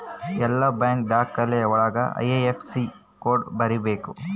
ಎಲ್ಲ ಬ್ಯಾಂಕ್ ದಾಖಲೆ ಒಳಗ ಐ.ಐಫ್.ಎಸ್.ಸಿ ಕೋಡ್ ಬರೀಬೇಕು